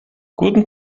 guten